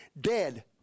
dead